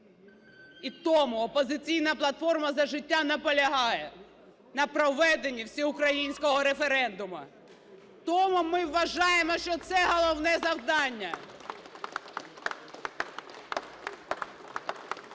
І тому "Опозиційна платформа - За життя" наполягає на проведенні всеукраїнського референдуму. Тому ми вважаємо, що це головне завдання.